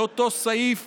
לאותו סעיף